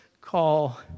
call